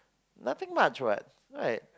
nothing much what right